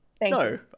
No